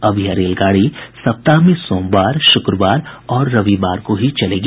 अब यह रेलगाड़ी सप्ताह में सोमवार शुक्रवार और रविवार को ही चलेगी